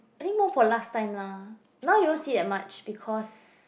I think more for last time lah now you don't see that much because